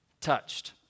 Touched